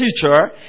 teacher